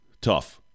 Tough